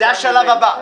זה השלב הבא.